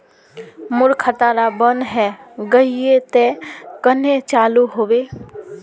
मोर खाता डा बन है गहिये ते कन्हे चालू हैबे?